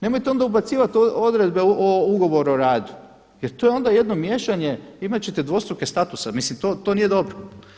Nemojte onda ubacivati odredbe u ugovor o radu jer to je onda jedno miješanje, imati ćete dvostruke statuse, mislim to nije dobro.